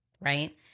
right